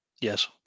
Yes